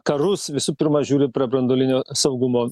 karus visų pirma žiūri pre branduolinio saugumo